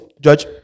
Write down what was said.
judge